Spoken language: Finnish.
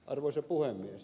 arvoisa puhemies